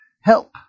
help